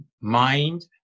mind